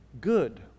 good